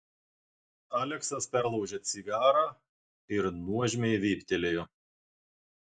aleksas perlaužė cigarą ir nuožmiai vyptelėjo